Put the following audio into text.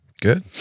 Good